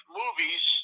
movies